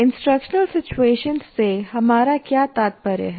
instructional situations से हमारा क्या तात्पर्य है